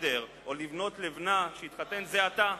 חדר או לבנות לבנה שהתחתן זה עתה,